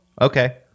Okay